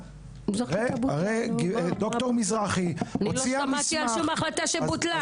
מזרחי הוציאה מסמך --- לא שמעתי על שום החלטה שבוטלה.